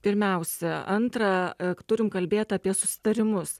pirmiausia antra turim kalbėt apie susitarimus